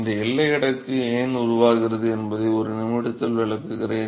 இந்த எல்லை அடுக்கு ஏன் உருவாகிறது என்பதை ஒரு நிமிடத்தில் விளக்குகிறேன்